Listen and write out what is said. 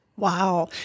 Wow